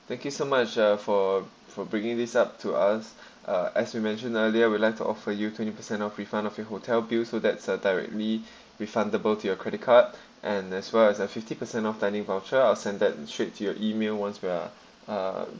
thank you so much uh for for bringing this up to us uh as we mentioned earlier we'd like offer you twenty per cent of refund of your hotel bill so that's uh directly refundable to your credit card and as far as fifty per cent off dining voucher I'll send that straight to your email once we are uh